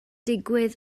digwydd